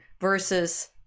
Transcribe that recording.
versus